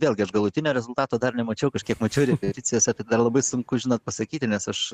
vėlgi aš galutinio rezultato dar nemačiau kažkiek mačiau repeticijose tai dar labai sunku žinot pasakyti nes aš